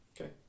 Okay